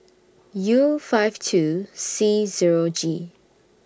U five two C Zero G